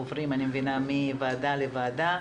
הם עוברים מוועדה לוועדה.